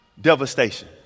Devastation